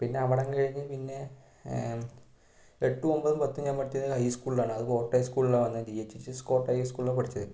പിന്നെ അവിടം കഴിഞ്ഞ് പിന്നെ എട്ടും ഒൻപതും പത്തും ഞാൻ പഠിച്ചത് ഹൈ സ്കൂളിലാണ് അത് കോട്ടയം സ്കൂളിലാണ് ജി എച്ച് എസ് കോട്ടയം സ്കൂളിലാ പഠിച്ചത്